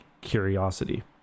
curiosity